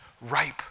ripe